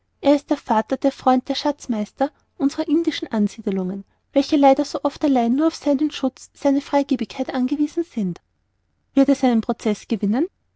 er ist der vater der freund der schatzmeister unserer indischen ansiedelungen welche leider so oft allein nur auf seinen schutz und seine freigebigkeit angewiesen sind wird er seinen prozeß gewinnen